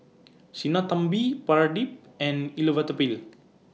Sinnathamby Pradip and Elattuvalapil